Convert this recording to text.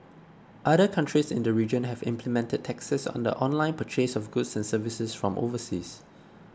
other countries in the region have implemented taxes on the online purchase of goods and services from overseas